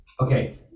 Okay